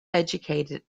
educated